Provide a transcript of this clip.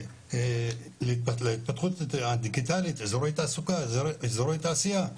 להתפתחות הדיגיטלית ואזורי תעסוקה ותעשייה,